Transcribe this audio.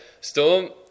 Storm